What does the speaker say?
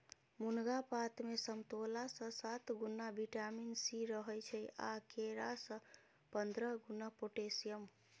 मुनगा पातमे समतोलासँ सात गुणा बिटामिन सी रहय छै आ केरा सँ पंद्रह गुणा पोटेशियम